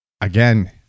again